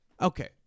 Okay